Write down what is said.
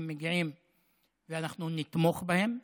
הם מגיעים ואנחנו נתמוך בהם.